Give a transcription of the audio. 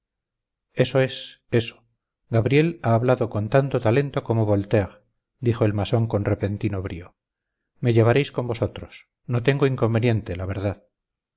eso es eso gabriel ha hablado con tanto talento como voltaire dijo el masón con repentino brío me llevaréis con vosotros no tengo inconveniente la verdad